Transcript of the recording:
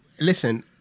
listen